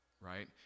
right